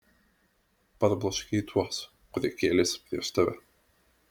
parbloškei tuos kurie kėlėsi prieš tave